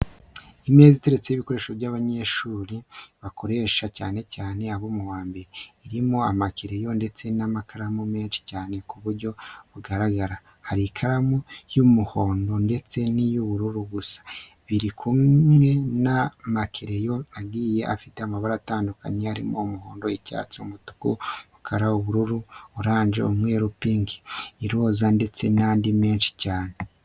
Imeza iteretseho ibikoresho abanyeshuri bakoresha, cyane cyane abo mu wa mbere, iriho amakereyo ndetse n'amakaramu menshi cyane ku buryo bugaragara. Hari ikaramu y'umuhondo ndetse n'iy'uburu, gusa biri kumwe n'amakereyo agiye afite amabara atandukanye arimo umuhondo, icyatsi, umutuku, umukara, ubururu, oranje, umweru, pinki, iroza ndetse n'andi menshi cyane.